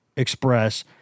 express